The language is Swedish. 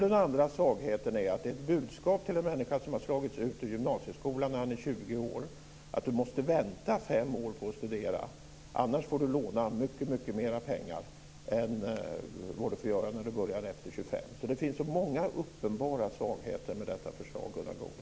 Den andra svagheten är att ert budskap till en människa som slagits ut ur gymnasieskolan när han är 20 år är att han måste vänta fem år på att studera, annars måste han låna mycket mer pengar än vad han behöver göra om han börjar efter 25. Det finns många uppenbara svagheter med detta förslag, Gunnar Goude.